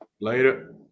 Later